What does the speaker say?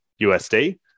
USD